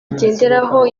agenderaho